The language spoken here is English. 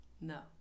No